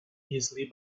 easily